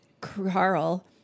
Carl